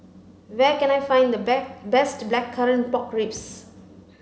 where can I find the best blackcurrant pork ribs